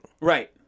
Right